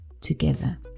together